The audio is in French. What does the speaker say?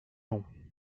long